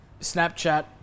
Snapchat